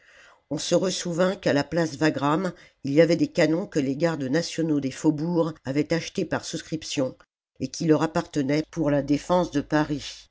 on se ressouvint qu'à la place wagram il y avait des canons que les gardes nationaux des faubourgs avaient achetés par souscriptions et qui leur appartenaient pour la défense de paris